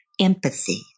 empathy